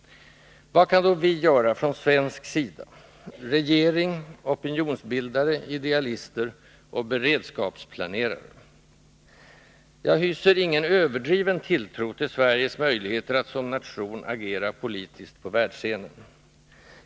Vad kan då vi göra från svensk sida — regering, opinionsbildare, idealister och beredskapsplanerare? Jag hyser ingen överdriven tilltro till Sveriges möjligheter att som nation agera politiskt på världsscenen.